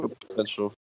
potential